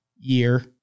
year